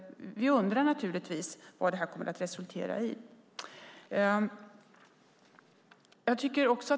Vi undrar naturligtvis vad det här kommer att resultera i.